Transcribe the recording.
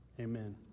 amen